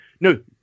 no